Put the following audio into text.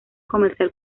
comercial